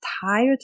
tired